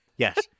Yes